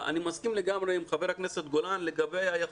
אני מסכים לגמרי עם חבר הכנסת גולן לגבי היכולת,